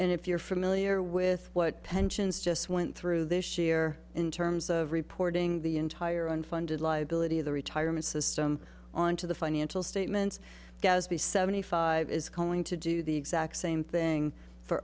and if you're familiar with what pensions just went through this year in terms of reporting the entire unfunded liability of the retirement system on to the financial statements gaspy seventy five is going to do the exact same thing for